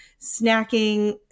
snacking